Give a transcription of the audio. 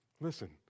Listen